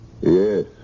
Yes